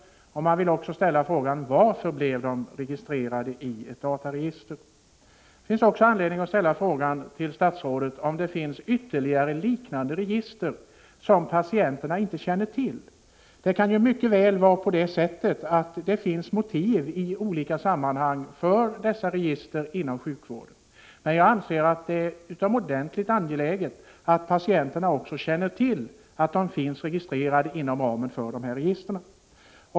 Varför blev de registrerade i ett dataregister? ; Det finns också anledning att fråga statsrådet om det förekommer ytterligare liknande register som patienterna inte känner till. Det kan mycket väl vara så, att det i olika sammanhang finns motiv för dessa register inom sjukvården. Men jag anser att det är utomordentligt angeläget att patienterna också känner till att de finns förtecknade i dessa register.